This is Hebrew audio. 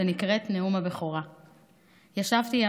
"נאום הבכורה".